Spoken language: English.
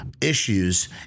issues